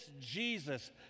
Jesus